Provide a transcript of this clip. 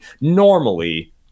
Normally